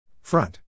Front